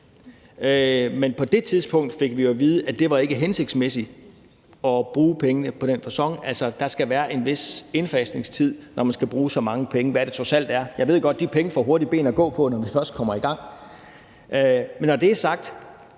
Men på det tidspunkt fik vi at vide, at det ikke var hensigtsmæssigt at bruge pengene på den facon, altså at der skal være en vis indfasningstid, når der skal bruges så mange penge, som det trods alt er. Jeg ved godt, at de penge hurtigt får ben at gå på, når vi først kommer i gang. Men når det er sagt,